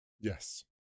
Yes